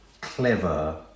clever